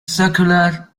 circular